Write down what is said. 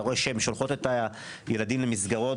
אתה רואה שהן שולחות את הילדים למסגרות